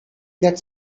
that